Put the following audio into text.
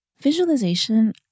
Visualization